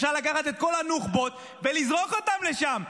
אפשר לקחת את כל הנוח'בות ולזרוק אותם לשם.